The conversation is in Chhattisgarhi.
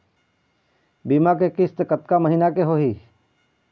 बीमा के किस्त कतका महीना के होही?